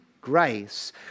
grace